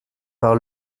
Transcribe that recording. par